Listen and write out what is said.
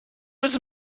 was